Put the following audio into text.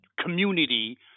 community